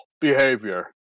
behavior